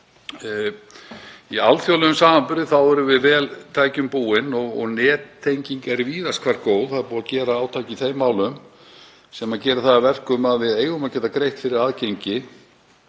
Í alþjóðlegum samanburði erum við vel tækjum búin og nettenging er víðast hvar góð. Það er búið að gera átak í þeim málum sem gerir það að verkum að við eigum að geta greitt fyrir aðgengi